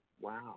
Wow